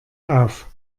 auf